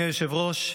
אדוני היושב-ראש,